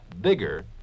bigger